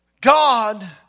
God